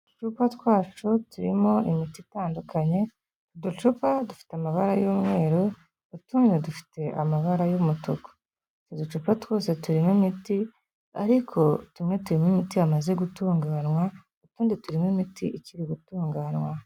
Uducupa twacu turimo imiti itandukanye. Uducupa dufite amabara y'umweru. Utundi dufite amabara y'umutuku. Uducupa twose turimo imiti ariko tumwe turimo imiti yamaze gutunganwa. Utundi turimo imiti ikiri gutunganwa.